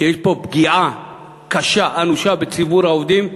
כי יש פה פגיעה קשה ואנושה בציבור העובדים.